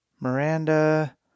Miranda